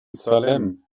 salem